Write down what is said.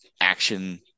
action